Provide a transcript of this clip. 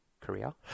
Korea